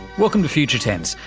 welcome to future tense,